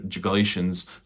Galatians